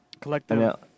collective